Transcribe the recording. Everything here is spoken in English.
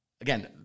again